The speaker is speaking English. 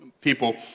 people